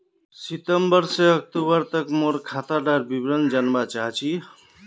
सितंबर से अक्टूबर तक मोर खाता डार विवरण जानवा चाहची?